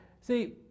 see